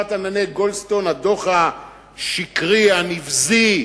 חשרת ענני גולדסטון, הדוח השקרי, הנבזי,